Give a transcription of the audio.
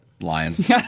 Lions